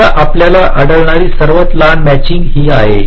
समजा आपल्याला आढळणारी सर्वात लहान मॅचिंग ही आहे